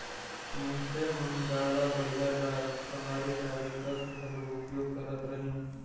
मइनसे मन गाड़ा बइला ल सवारी गाड़ी कस घलो उपयोग करत रहिन